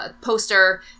poster